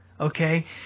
okay